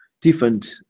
different